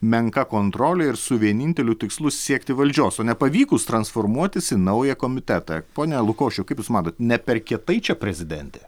menka kontrole ir su vieninteliu tikslu siekti valdžios o nepavykus transformuotis į naują komitetą pone lukošiau kaip jūs manot ne per kietai čia prezidentė